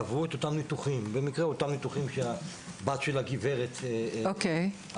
עברו את אותם ניתוחים שהבת של הגברת עברה.